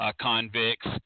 convicts